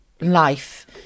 life